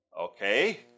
okay